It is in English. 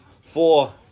four